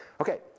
Okay